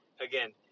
again